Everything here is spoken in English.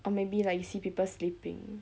or maybe like you see people sleeping